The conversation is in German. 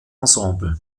ensemble